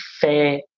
fair